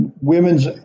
women's